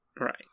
Right